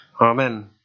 Amen